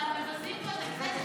אבל מבזים פה את הכנסת.